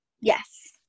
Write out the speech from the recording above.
yes